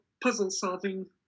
puzzle-solving